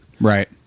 Right